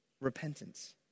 Repentance